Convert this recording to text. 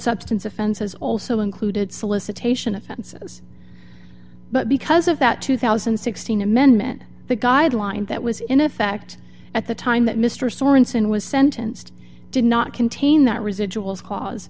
substance offenses also included solicitation offenses but because of that two thousand and sixteen amendment the guideline that was in effect at the time that mr sorenson was sentenced did not contain that residuals cla